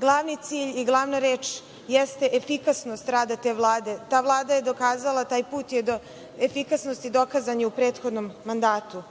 glavni cilj i glavna reč jeste efikasnost rada te Vlade. Ta Vlada je dokazala, taj put do efikasnosti dokazan je u prethodnom mandatu.